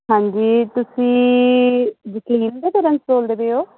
ਹਾਂਜੀ ਤੁਸੀਂ ਜਸਲੀਨ ਘਰ ਤੋਂ ਬੋਲਦੇ ਪਏ ਹੋ